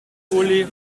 uli